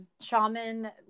shaman